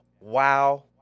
wow